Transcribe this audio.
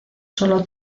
solo